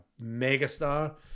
megastar